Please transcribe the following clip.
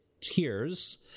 Tears